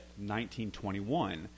1921